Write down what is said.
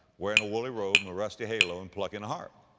wearing a woolly robe and a rusty halo and plucking a harp.